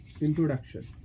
Introduction